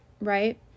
right